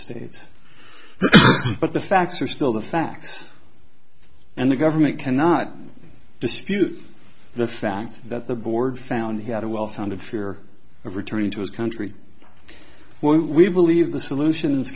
states but the facts are still the facts and the government cannot dispute the fact that the board found he had a well founded fear of returning to his country when we believe the solution i